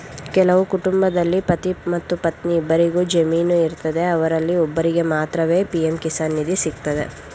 ಕೆಲವು ಕುಟುಂಬದಲ್ಲಿ ಪತಿ ಮತ್ತು ಪತ್ನಿ ಇಬ್ಬರಿಗು ಜಮೀನು ಇರ್ತದೆ ಅವರಲ್ಲಿ ಒಬ್ಬರಿಗೆ ಮಾತ್ರವೇ ಪಿ.ಎಂ ಕಿಸಾನ್ ನಿಧಿ ಸಿಗ್ತದೆ